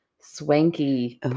swanky